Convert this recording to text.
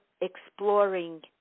exploring